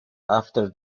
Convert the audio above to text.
after